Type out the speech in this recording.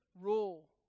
Rule